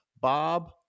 Bob